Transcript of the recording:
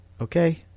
Okay